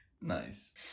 nice